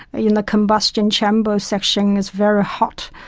but you know the combustion chamber section is very hot.